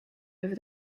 over